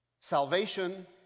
salvation